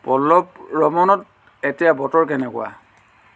পল্লভ ৰমনত এতিয়া বতৰ কেনেকুৱা